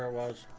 ah was